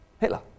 Hitler